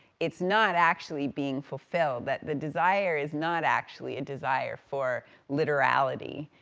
it's not actually being fulfilled, that the desire is not actually a desire for literality,